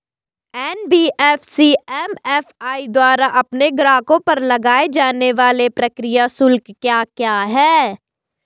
NBFC MFI द्वारा अपने ग्राहकों पर लगाए जाने वाले प्रक्रिया शुल्क क्या क्या हैं?